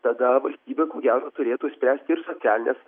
tada vasltybė ko gero turėtų spręsti ir socialines